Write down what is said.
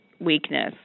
weakness